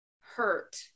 hurt